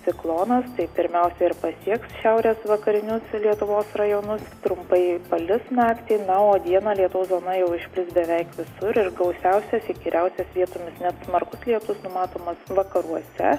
ciklonas tai pirmiausia ir pasiekti šiaurės vakarinius lietuvos rajonus trumpai palis naktį na o dieną lietaus zona jau išplis beveik visur ir gausiausias įkyriausias vietomis net smarkus lietus numatomas vakaruose